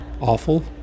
awful